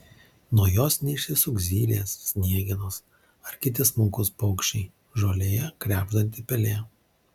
nuo jos neišsisuks zylės sniegenos ar kiti smulkūs paukščiai žolėje krebždanti pelė